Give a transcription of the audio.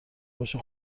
باشه